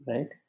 Right